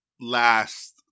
last